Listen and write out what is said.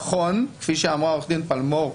נכון, כפי שאמרה עו"ד פלמור,